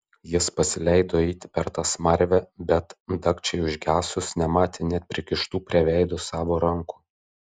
jis pasileido eiti per tą smarvę bet dagčiai užgesus nematė net prikištų prie veido savo rankų